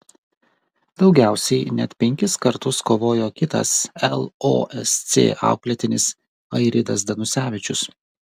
daugiausiai net penkis kartus kovojo kitas losc auklėtinis airidas danusevičius